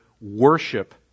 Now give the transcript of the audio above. worship